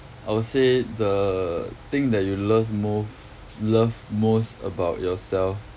I would say the thing that you loves most love most about yourself